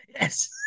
Yes